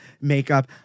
makeup